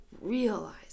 realize